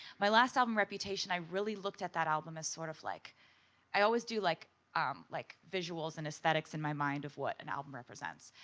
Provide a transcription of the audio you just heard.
my last album, reputation, i really looked at that album as sort of. like i always do like um like visuals and aesthetics in my mind of what an album represents.